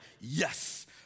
yes